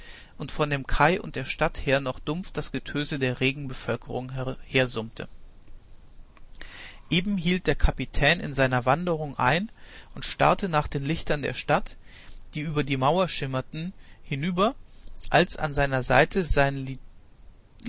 und von dem kai und der stadt her noch dumpf das getöse der regen bevölkerung hersummte eben hielt der kapitän in seiner wanderung ein und starrte nach den lichtern der stadt die über die mauer schimmerten hinüber als an seiner seite sein